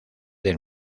del